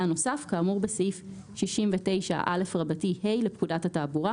נוסף כאמור בסעיף 69א(ה) לפקודת התעבורה,